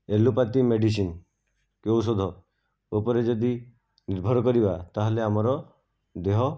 allopathy medicine କି ଔଷଧ ଉପରେ ଯଦି ନିର୍ଭର କରିବା ତାହାଲେ ଆମର ଦେହ